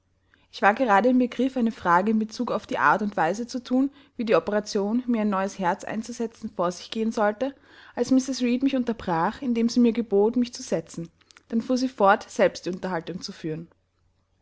ich war gerade im begriff eine frage in bezug auf die art und weise zu thun wie die operation mir ein neues herz einzusetzen vor sich gehen solle als mrs reed mich unterbrach indem sie mir gebot mich zu setzen dann fuhr sie fort selbst die unterhaltung zu führen